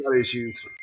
issues